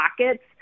pockets